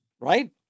right